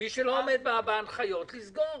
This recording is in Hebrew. מי שלא עומד בהנחיות לסגור.